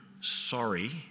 sorry